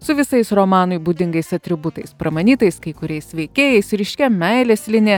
su visais romanui būdingais atributais pramanytais kai kuriais veikėjais ryškia meilės linija